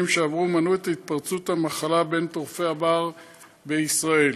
שעברו מנעו את התפרצות המחלה בטורפי הבר בישראל.